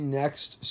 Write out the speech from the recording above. next